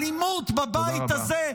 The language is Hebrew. אלימות בבית הזה.